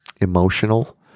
emotional